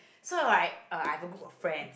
so it was right uh I got a group of friends